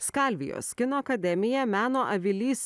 skalvijos kino akademija meno avilys